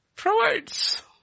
provides